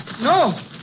No